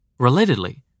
Relatedly